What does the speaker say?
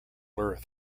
earth